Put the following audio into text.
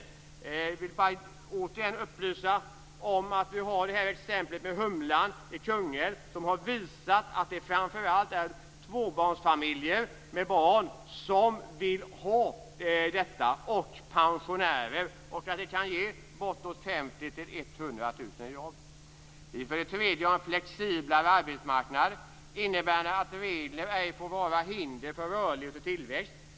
Jag vill återigen upplysa om exemplet med Humlan i Kungälv, som har visat att det framför allt är tvåbarnsfamiljer och pensionärer som vill ha detta system, och att det kan ge bortåt Vi vill ha en flexiblare arbetsmarknad, innebärande att regler ej får vara hinder för rörlighet och tillväxt.